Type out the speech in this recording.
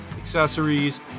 accessories